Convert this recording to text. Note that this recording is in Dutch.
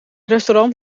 restaurant